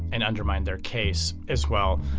and undermine their case as well.